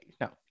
No